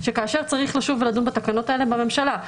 שכאשר צריך לשוב ולדון בתקנות האלה בממשלה.